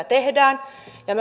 tehdään ja